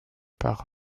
par